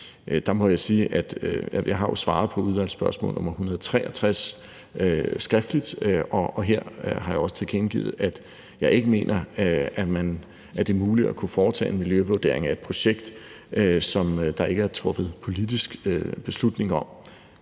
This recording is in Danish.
der må jeg sige, at jeg jo har svaret på udvalgsspørgsmål nr. 163 skriftligt, og her har jeg også tilkendegivet, at jeg ikke mener, at det er muligt at kunne foretage en miljøvurdering af et projekt, som der ikke er truffet politisk beslutning om.